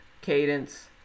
cadence